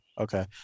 okay